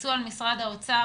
תלחצו על משרד האוצר.